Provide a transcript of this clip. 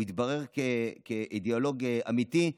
הוא התברר כאידיאולוג אמיתי,